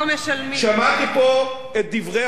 שמעתי פה את דברי האופוזיציה,